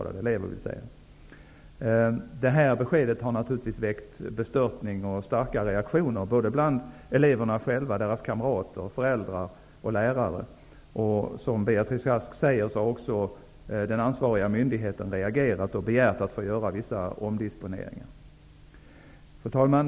Detta besked har naturligtvis väckt bestörtning och starka reaktioner bland eleverna själva, deras kamrater, föräldrar och lärare. Som Beatrice Ask säger har också den ansvariga myndigheten reagerat och begärt att få göra vissa omdisponeringar. Fru talman!